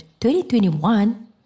2021